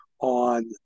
on